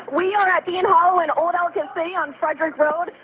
we are at bean hollow in old ellicott city on frederick road.